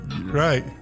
right